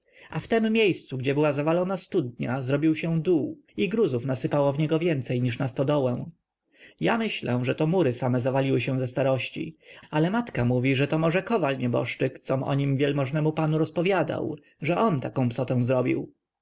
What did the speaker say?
a w tem miejscu gdzie była zawalona studnia zrobił się dół i gruzów nasypało w niego więcej niż na stodołę ja myślę że to mury same zawaliły się ze starości ale matka mówi że to może kowal nieboszczyk com o nim wielmożnemu państwu rozpowiadał że on taką psotę zrobił